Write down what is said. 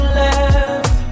left